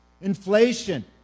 inflation